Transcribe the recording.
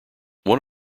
one